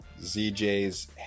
ZJ's